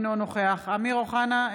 אינו נוכח אמיר אוחנה,